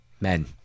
men